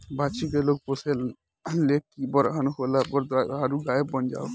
बाछी के लोग पोसे ले की बरहन होला पर दुधारू गाय बन जाओ